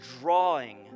drawing